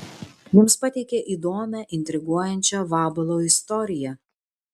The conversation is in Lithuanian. jums pateikia įdomią intriguojančią vabalo istoriją